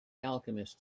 alchemist